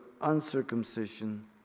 uncircumcision